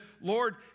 Lord